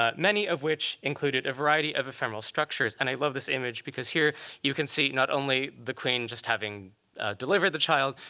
ah many of which included a variety of ephemeral structures. and i love this image, because here you can see not only the queen just having delivered the child,